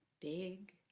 big